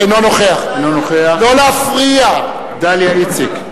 אינו נוכח דליה איציק,